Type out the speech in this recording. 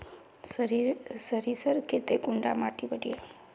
सरीसर केते कुंडा माटी बढ़िया?